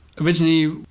originally